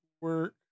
work